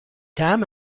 طعم